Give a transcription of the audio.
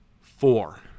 Four